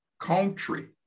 Country